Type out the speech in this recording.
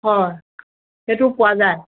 হয় সেইটো পোৱা যায়